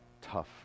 tough